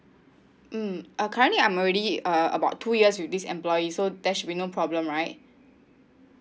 mm uh currently I'm already uh about two years with this employee so there should be no problem right